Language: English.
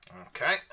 Okay